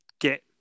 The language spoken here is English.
get